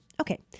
Okay